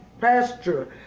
pasture